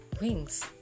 wings